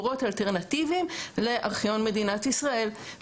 משרדי הממשלה כבר קיבלו את טיוטת החוק,